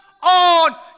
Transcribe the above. On